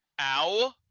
Ow